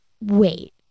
wait